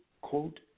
quote